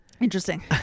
interesting